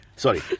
Sorry